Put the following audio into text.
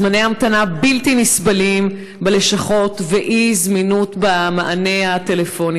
זמני המתנה בלתי נסבלים בלשכות ואי-זמינות במענה טלפוני.